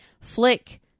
Flick